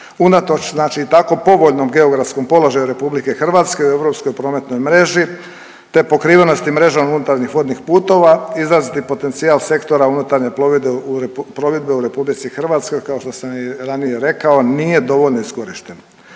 Unatoč znači tako povoljnom geografskom položaju RH u europskoj prometnoj mreži te pokrivenosti mrežom unutarnjih vodnih putova, izraziti potencijal sektora unutarnje plovidbe u RH, kao što sam i ranije rekao, nije dovoljno iskorišten.